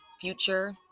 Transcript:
future